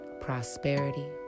Prosperity